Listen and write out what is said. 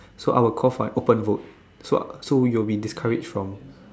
so I would call for an open vote so so you will be discouraged from